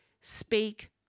speak